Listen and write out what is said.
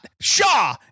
Shaw